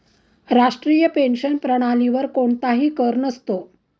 राष्ट्रीय पेन्शन प्रणालीवर कोणताही कर नसतो